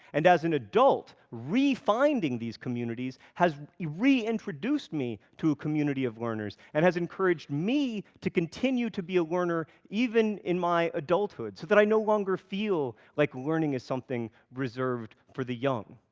and as an adult, re-finding these communities has re-introduced me to a community of learners, and has encouraged me to continue to be a learner even in my adulthood, so that i no longer feel like learning is something reserved for the young.